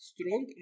Strong